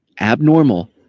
abnormal